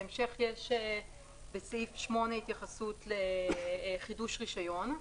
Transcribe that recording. בהמשך יש בסעיף 8 התייחסות לחידוש רישיון.